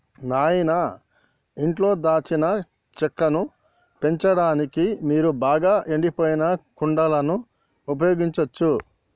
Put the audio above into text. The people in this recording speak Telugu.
నాయిన ఇంట్లో దాల్చిన చెక్కను పెంచడానికి మీరు బాగా ఎండిపోయిన కుండలను ఉపయోగించచ్చు